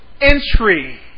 entry